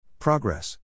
Progress